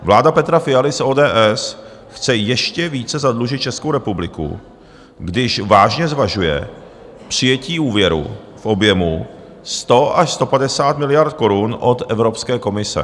Vláda Petra Fialy z ODS chce ještě více zadlužit Českou republiku, když vážně zvažuje přijetí úvěru v objemu 100 až 150 miliard korun od Evropské komise.